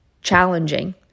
challenging